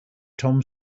tom